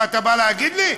מה, אתה בא להגיד לי?